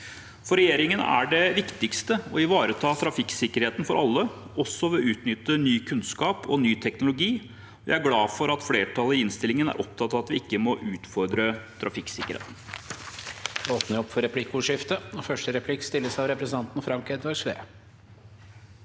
For regjeringen er det viktigste å ivareta trafikksikkerheten for alle, også ved å utnytte ny kunnskap og ny teknologi, og jeg er glad for at flertallet i innstillingen er opptatt av at vi ikke må utfordre trafikksikkerheten.